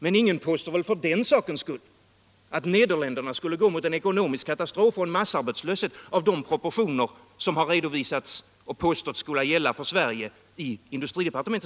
Men ingen påstår väl för den skull att Nederländerna skulle gå mot eko nomisk katastrof och massarbetslöshet av de proportioner som i industridepartementets utredning har påståtts skola gälla för Sverige.